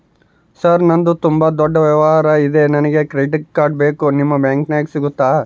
Sir ನಂದು ತುಂಬಾ ದೊಡ್ಡ ವ್ಯವಹಾರ ಇದೆ ನನಗೆ ಕ್ರೆಡಿಟ್ ಕಾರ್ಡ್ ಬೇಕು ನಿಮ್ಮ ಬ್ಯಾಂಕಿನ್ಯಾಗ ಸಿಗುತ್ತಾ?